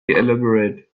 elaborate